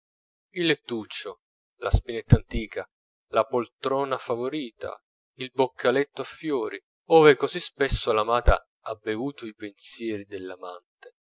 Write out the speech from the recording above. il lettuccio la spinetta antica la poltrona favorita il boccaletto a fiori ove così spesso l'amata ha bevuto i pensieri dell'amante